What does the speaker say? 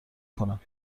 کنم